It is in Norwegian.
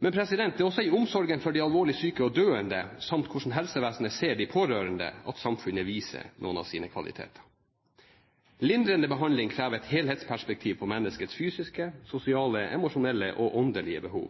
Det er også i omsorgen for de alvorlig syke og døende, samt hvordan helsevesenet ser de pårørende, samfunnet viser noen av sine kvaliteter. Lindrende behandling krever et helhetsperspektiv på menneskets fysiske, sosiale, emosjonelle og åndelige behov.